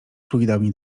fluidami